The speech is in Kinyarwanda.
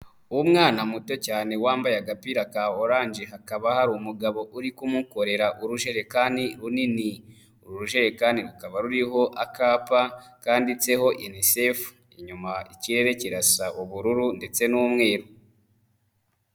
Umwana muto cyane wambaye agapira ka oranje hakaba hari umugabo uri kumukorera urujerekani runini. Uru rujerekani rukaba ruriho akapa kanditseho Unicef, inyuma ikirere kirasa ubururu ndetse n'umweruru.